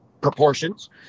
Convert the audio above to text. proportions